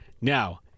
Now